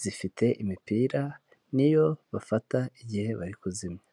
zifite imipira, ni yo bafata igihe bari kuzimya.